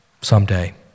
someday